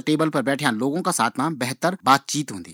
प्राप्त होंदी